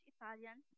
Italian